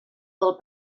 del